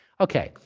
ok.